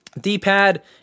D-pad